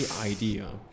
idea